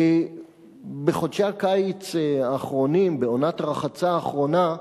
בחודשי הקיץ האחרונים, בעונת הרחצה האחרונה,